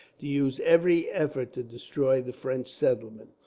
to use every effort to destroy the french settlement,